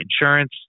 Insurance